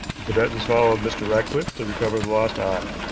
the tibetans followed mr. ratcliffe to recover the lost eye, i